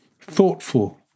thoughtful